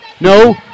no